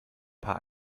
paar